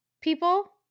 people